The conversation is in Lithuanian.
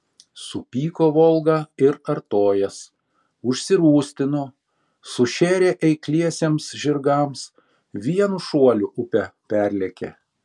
supyko volga ir artojas užsirūstino sušėrė eikliesiems žirgams vienu šuoliu upę perlėkė